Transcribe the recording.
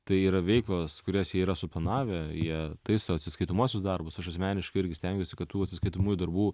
tai yra veiklos kurias jie yra suplanavę jie taiso atsiskaitomuosius darbus aš asmeniškai irgi stengiuosi kad tų atsiskaitomųjų darbų